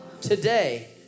today